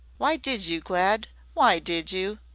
why did you, glad why did you?